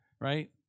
Right